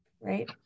right